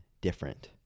different